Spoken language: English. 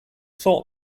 thought